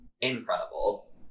incredible